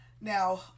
Now